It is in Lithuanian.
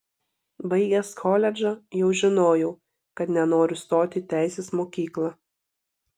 baigęs koledžą jau žinojau kad nenoriu stoti į teisės mokyklą